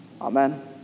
Amen